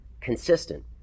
consistent